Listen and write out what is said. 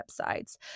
websites